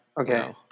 Okay